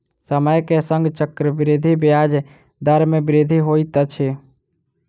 समय के संग चक्रवृद्धि ब्याज दर मे वृद्धि होइत अछि